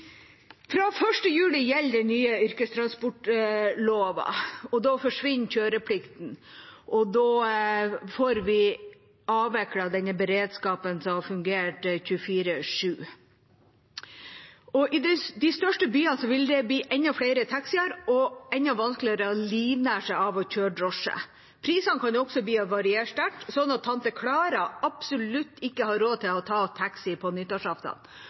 Fra 1. juli gjelder den nye yrkestransportloven. Da forsvinner kjøreplikten, og da får vi avviklet den beredskapen som har fungert 24/7. I de største byene vil det bli enda flere taxier og enda vanskeligere å livnære seg av å kjøre drosje. Prisene kan også i byene variere sterkt, sånn at tante Klara absolutt ikke har råd til å ta taxi på